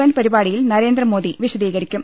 N പരി പാടിയിൽ നരേന്ദ്രമോദി വിശദീകരിക്കും